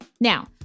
Now